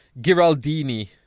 Giraldini